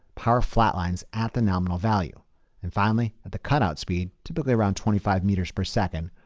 power flatlines at the nominal value and finally at the cut-out speed, typically around twenty five meters per second,